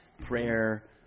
prayer